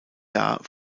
jahr